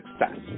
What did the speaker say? success